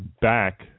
back